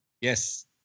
Yes